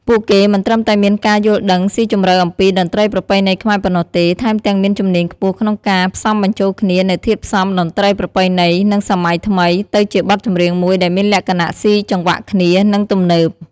ពួកគេមិនត្រឹមតែមានការយល់ដឹងស៊ីជម្រៅអំពីតន្ត្រីប្រពៃណីខ្មែរប៉ុណ្ណោះទេ ថែមទាំងមានជំនាញខ្ពស់ក្នុងការ ផ្សំបញ្ចូលគ្នានូវធាតុផ្សំតន្ត្រីប្រពៃណី និងសម័យថ្មី ទៅជាបទចម្រៀងមួយដែលមានលក្ខណៈ ស៊ីចង្វាក់គ្នា និង ទំនើប។